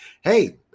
Hey